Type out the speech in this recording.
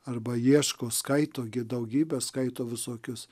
arba ieško skaito daugybė skaito visokius